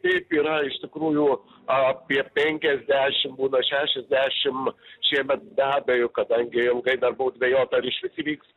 taip yra iš tikrųjų apie penkiasdešim būna šešiasdešim šiemet be abejo kadangi ilgai dar buvo dvejota ar išvis įvyks